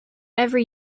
every